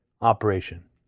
operation